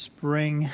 Spring